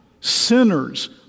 Sinners